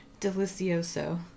delicioso